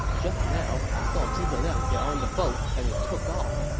just now, i saw zhuge liang get on the boat, and it took off.